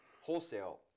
wholesale